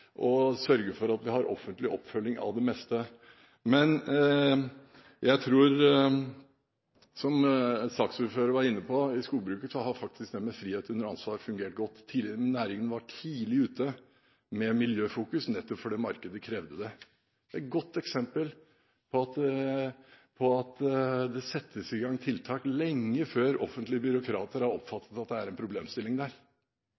sørge for at vi har offentlig oppfølging av det meste, men jeg tror, som saksordføreren var inne på, at i skogbruket har faktisk frihet under ansvar fungert godt. Næringen var tidlig ute med å fokusere på miljø nettopp fordi markedet krevde det – et godt eksempel på at det settes i gang tiltak lenge før offentlige byråkrater har